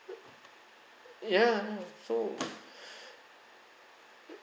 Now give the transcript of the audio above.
uh ya so uh